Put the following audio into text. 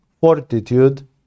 fortitude